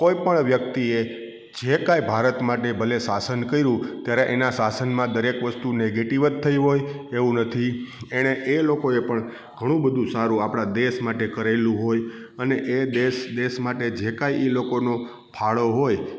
કોઈપણ વ્યક્તિએ જે કાંઈ ભારત માટે ભલે શાસન કર્યું ત્યારે એના શાસનમાં દરેક વસ્તુ નેગેટિવ થઈ હોય એવું નથી એણે એ લોકોએ પણ ઘણું બધું આપણા દેશ માટે કરેલું હોય અને એ દેશ દેશ માટે જે કાંઈ એ લોકોનો ફાળો હોય